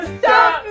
stop